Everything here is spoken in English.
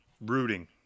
rooting